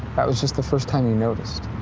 that was just the first time you noticed.